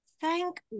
thank